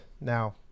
now